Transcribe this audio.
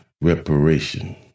reparation